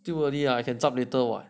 too early lah I can chope later what